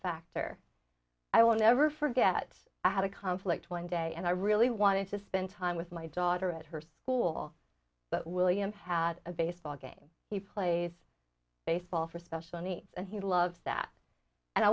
factor i want to ever forget i had a conflict one day and i really wanted to spend time with my daughter at her school but william had a baseball game he plays baseball for special needs and he loves that and i